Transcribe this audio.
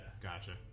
Gotcha